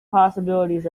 possibilities